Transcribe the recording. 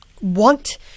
want